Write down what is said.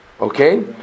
okay